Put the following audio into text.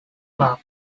club